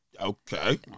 okay